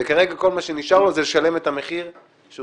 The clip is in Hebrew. וכרגע כל מה שנשאר לו זה לשלם את המחיר שהוא